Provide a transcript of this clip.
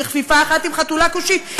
בכפיפה אחת עם חתולה כושית?